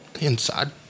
inside